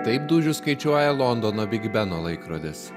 taip dūžius skaičiuoja londono big beno laikrodis